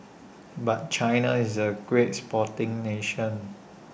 but China is A great sporting nation